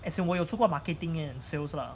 as in 我有做过 marketing and sales lah